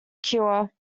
cure